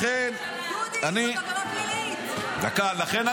לכן אני חושב